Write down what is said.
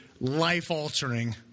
life-altering